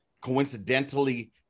coincidentally